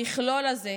המכלול הזה,